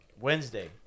Wednesday